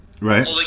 right